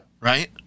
Right